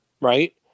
right